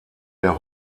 der